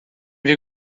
wir